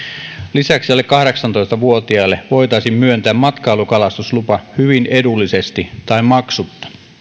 lisäksi alle kahdeksantoista vuotiaille voitaisiin myöntää matkailukalastuslupa hyvin edullisesti tai maksutta